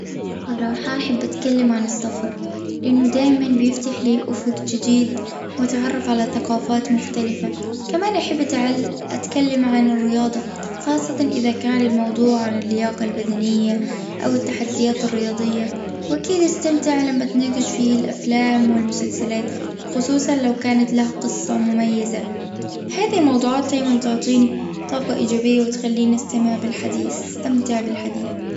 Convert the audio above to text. بصراحة أحب اتكلم عن السفر. لأنه دايما بيفتحلي آفق جديد والتعرف على ثقافات مختلفة. كمان أحب أتعلم-أتكلم عن الرياضة. خاصة إذا كان الموضوع عن اللياقة البدنية أو التحديات الرياضية. وأكيد أستمتع لما أتناقش فيه عن الأفلام والمسلسلات خصوصا لو كانت لها قصة مميزة. هذه الموضوعات دايما تعطيني طاقة إيجابية وتخليني أستمع بالحديث-أستمتع بالحديث.